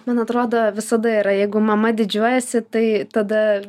man atrodo visada yra jeigu mama didžiuojasi tai tada